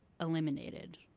eliminated